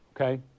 Okay